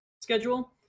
schedule